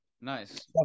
Nice